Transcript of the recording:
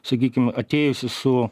sakykim atėjusi su